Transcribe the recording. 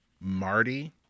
Marty